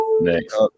Next